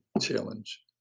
challenge